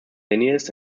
leninist